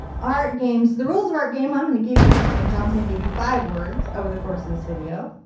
art game. so the rules for art game. i'm going to give you and john's going to give you five words over the course of this video.